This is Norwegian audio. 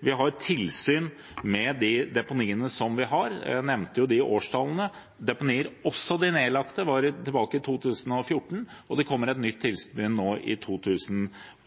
Vi har også tilsyn med deponiene vi har. Jeg nevnte noen årstall i den forbindelse. Deponiene, også de nedlagte, ble kontrollert i 2014. Det kommer også et nytt tilsyn i